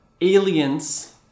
aliens